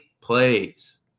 plays